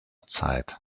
zeit